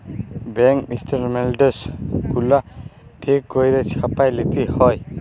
bank statements গুলা ঠিক ক্যইরে ছাপাঁয় লিতে হ্যয়